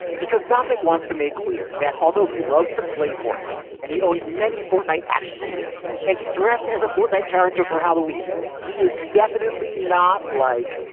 because dominic wants to make clear that although he loves to play fortnight and he owns many fortnight action figures and he dressed as a fortnight character for halloween, he is definitely not like,